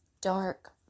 dark